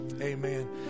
Amen